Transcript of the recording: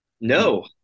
No